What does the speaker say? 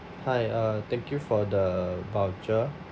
hi uh thank you for the voucher